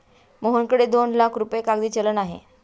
मोहनकडे दोन लाख रुपये कागदी चलन आहे